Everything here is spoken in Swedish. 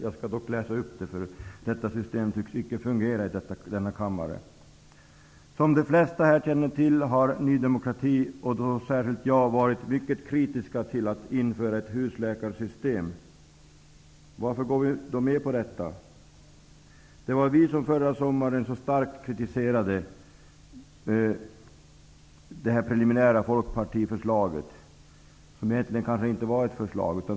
Jag skall dock läsa upp det, eftersom detta system icke tycks fungera i denna kammare. Som de flesta här känner till har Ny demokrati, och då särskilt jag, varit mycket kritiska till att införa ett husläkarsystem. Varför går vi då med på detta? Det var vi som förra sommaren så starkt kritiserade det preliminära folkpartiförslaget, som egentligen kanske inte var ett förslag.